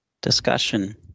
discussion